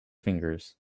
fingers